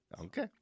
okay